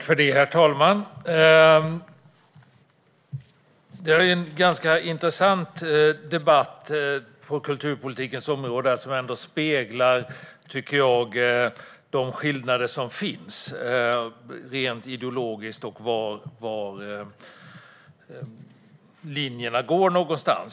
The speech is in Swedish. Herr talman! Debatten på kulturpolitikens område är intressant, och den speglar de ideologiska skillnaderna och var linjerna går.